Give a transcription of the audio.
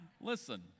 Listen